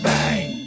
Bang